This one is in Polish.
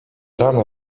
rano